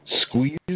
Squeeze